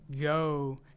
go